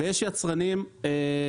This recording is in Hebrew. יש יצרנים שמגדלים,